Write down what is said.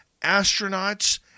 astronauts